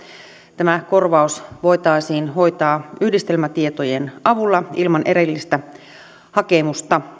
tämä korvaus voitaisiin hoitaa yhdistelmätietojen avulla ilman erillistä hakemusta